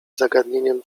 zagadnieniem